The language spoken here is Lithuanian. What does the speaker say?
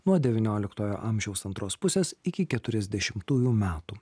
nuo devynioliktojo amžiaus antros pusės iki keturiasdešimtųjų metų